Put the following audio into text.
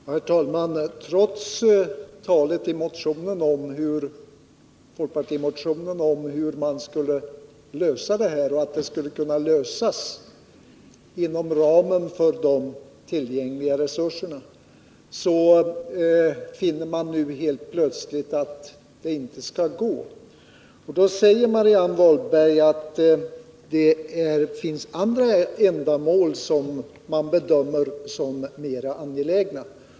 Herr talman! Trots talet i folkpartimotionen om att det här skulle kunna lösas inom ramen för de tillgängliga resurserna finner man nu plötsligt att det inte går. Marianne Wahlberg säger att det finns andra ändamål som man bedömer som mera angelägna.